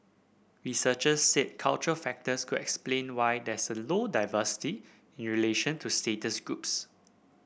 researchers said cultural factors could explain why there is low diversity in relation to status groups